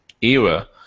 era